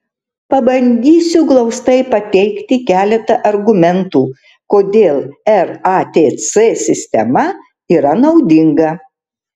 pabandysiu glaustai pateikti keletą argumentų kodėl ratc sistema yra naudinga